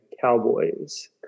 Cowboys